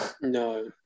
No